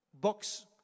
books